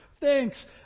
Thanks